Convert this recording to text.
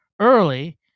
early